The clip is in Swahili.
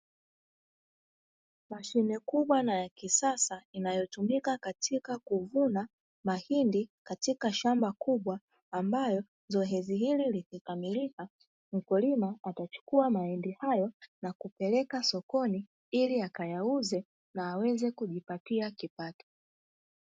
Mashine kubwa na ya kisasa inayotumika katika kuvuna mahindi katika shamba kubwa, ambalo zoezi hili likikamilika mkulima atachukua mahindi hayo na kupeleka sokoni ili akayauze na aweze kujipatia kipato.